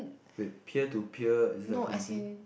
with peer to peer it is that kind of thing